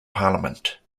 parliament